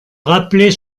rappeler